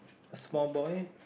a small boy